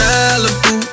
Malibu